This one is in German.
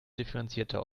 differenzierter